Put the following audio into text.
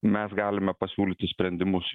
mes galime pasiūlyti sprendimus